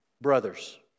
brothers